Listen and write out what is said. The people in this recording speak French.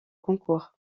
concours